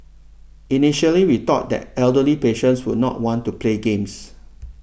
initially we thought that elderly patients would not want to play games